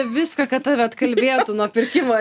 viską kad tave atkalbėtų nuo pirkimo